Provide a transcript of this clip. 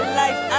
life